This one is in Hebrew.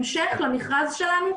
המשך למכרז שלנו,